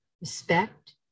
respect